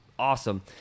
Awesome